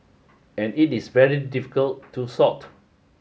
and it is very difficult to sort